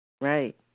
Right